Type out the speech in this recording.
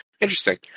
Interesting